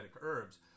herbs